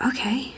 Okay